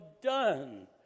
done